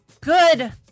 good